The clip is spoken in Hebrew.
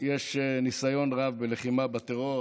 לנו יש ניסיון רב בלחימה בטרור,